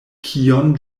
kion